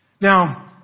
Now